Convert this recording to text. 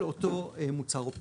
של אותו מוצר או פריט.